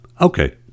okay